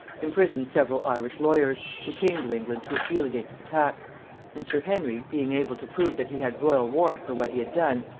imprisoned several irish lawyers, who came to england to appeal against the tax and sir henry, being able to prove that he had royal warrant for what he had done,